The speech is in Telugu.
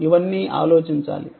ఇవన్నీ ఆలోచించాలి